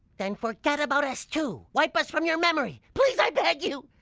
then forget about us too! wipe us from your memory! please i beg you!